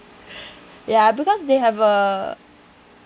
ya because they have a